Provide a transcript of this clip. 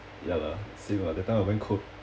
ya lah same lah that time I went co~